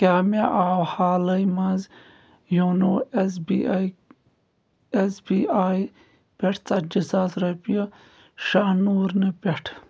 کیٛاہ مےٚ آوا حالٕے منٛز YONO S B I S B I پٮ۪ٹھ ژۄتجی ساس رۄپیہِ شاہنوٗر نہِ پٮ۪ٹھٕ